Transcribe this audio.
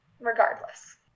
regardless